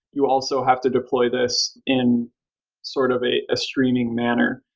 you also have to deploy this in sort of a streaming manner.